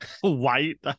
White